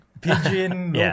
pigeon